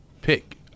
pick